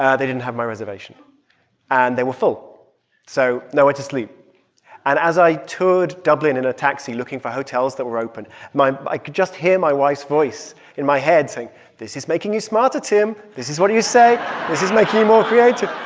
they didn't have my reservation and they were full so nowhere to sleep. and as i toured dublin in a taxi looking for hotels that were open, my i could just hear my wife's voice in my head saying this is making you smarter, tim. this is what do you say this is making you more creative.